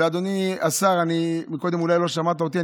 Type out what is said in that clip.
אדוני השר, קודם אולי לא שמעת אותי.